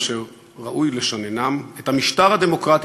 אשר ראוי לשננם: "את המשטר הדמוקרטי